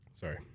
Sorry